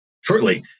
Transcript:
shortly